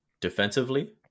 defensively